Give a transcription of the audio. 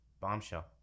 Bombshell